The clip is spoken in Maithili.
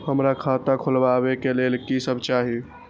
हमरा खाता खोलावे के लेल की सब चाही?